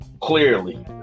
Clearly